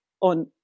on